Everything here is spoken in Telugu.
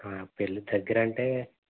పెళ్ళి దగ్గిర అంటే